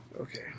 Okay